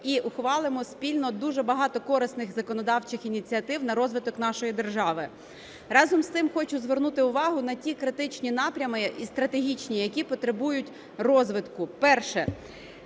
і ухвалимо спільно дуже багато корисних законодавчих ініціатив на розвиток нашої держави. Разом з тим, хочу звернути увагу на ті критичні напрями і стратегічні, які потребують розвитку. Перше.